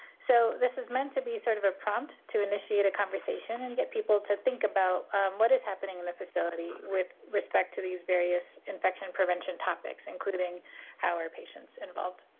so this is meant to be sort of a prompt to initiate a conversation and to get people to think about what is happening in the facility with respect to these various infection prevention topics, including how are patients involved?